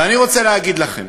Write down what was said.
ואני רוצה להגיד לכם: